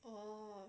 oh